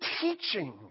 teaching